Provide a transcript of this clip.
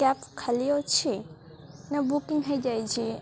cab ଖାଲି ଅଛି ନା ବୁକିଂ ହେଇଯାଇଛି